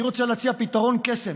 אני רוצה להציע פתרון קסם